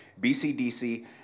BCDC